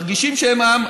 מרגישים שהם עם,